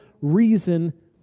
reason